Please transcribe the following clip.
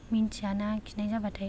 मिन्थियाना खिनाय जाबाथाय